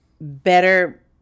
better